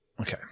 Okay